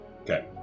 Okay